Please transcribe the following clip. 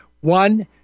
One